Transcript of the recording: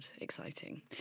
exciting